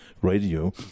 radio